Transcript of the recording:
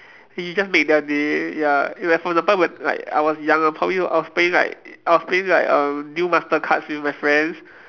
and you just make their day ya like for example when like I was young I probably I was playing like I was playing like err duel master cards with my friends